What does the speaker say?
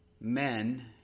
men